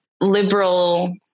liberal